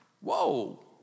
Whoa